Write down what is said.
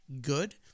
good